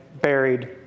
buried